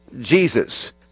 jesus